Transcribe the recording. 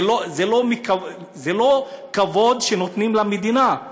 זה לא כבוד שנותנים למדינה.